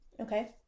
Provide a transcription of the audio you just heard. Okay